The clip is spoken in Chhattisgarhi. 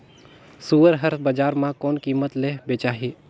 सुअर हर बजार मां कोन कीमत ले बेचाही?